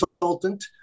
consultant